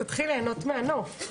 תתחיל להנות מהנוף.